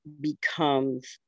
becomes